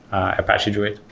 apache druid.